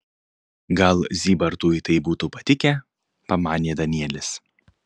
gal zybartui tai būtų patikę pamanė danielis